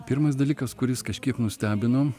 pirmas dalykas kuris kažkiek nustebino